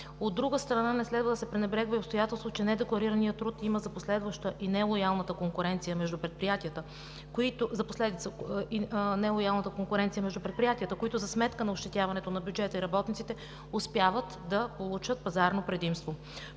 От друга страна, не следва да се пренебрегва и обстоятелството, че недекларираният труд има за последица и нелоялната конкуренция между предприятията, които за сметка на ощетяването на бюджета и работниците успяват да получат пазарно предимство.